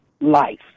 life